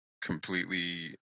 completely